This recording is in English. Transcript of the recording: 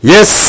Yes